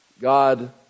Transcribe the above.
God